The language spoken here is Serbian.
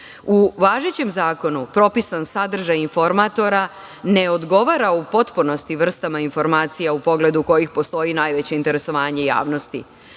U važećem zakonu propisan sadržaj informatora ne odgovara u potpunosti vrstama informacija u pogledu kojih postoji najveće interesovanje javnosti. Nove